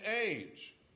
age